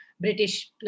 British